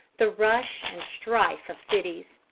the rush and strife, of cities.